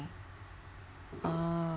uh